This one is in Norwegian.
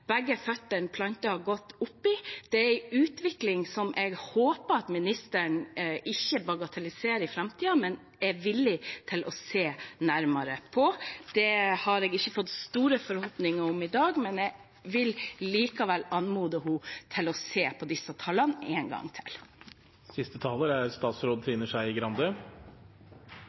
begge føttene plantet godt i. Det er en utvikling som jeg håper at ministeren ikke bagatelliserer i framtiden, men er villig til å se nærmere på. Det har jeg ikke fått store forhåpninger om i dag, men jeg vil likevel anmode henne om å se på disse tallene en gang til.